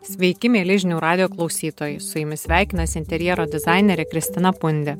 sveiki mieli žinių radijo klausytojai su jumis sveikinasi interjero dizainerė kristina pundė